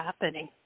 happening